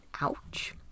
Ouch